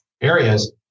areas